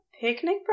picnic